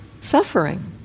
suffering